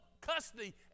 custody